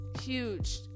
huge